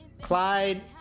Clyde